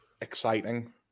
exciting